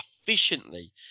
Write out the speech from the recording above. efficiently